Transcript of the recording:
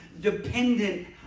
dependent